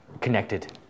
Connected